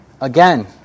Again